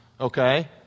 okay